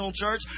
church